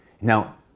Now